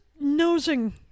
nosing